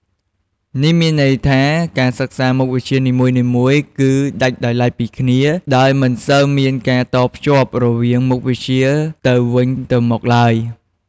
នេះមានន័យថា ការសិក្សាមុខវិជ្ជានីមួយៗគឺ ដាច់ដោយឡែកពីគ្នា ដោយមិនសូវមានការតភ្ជាប់រវាងមុខវិជ្ជាទៅវិញទៅមកឡើយ។